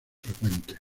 frecuentes